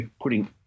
putting